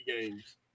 games